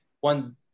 one